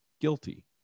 guilty